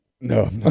No